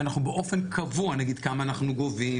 ואנחנו באופן קבוע נגיד כמה אנחנו גובים,